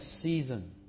season